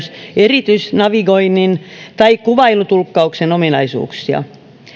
erityisnavigoinnin tai kuvailutulkkauksen ominaisuuksia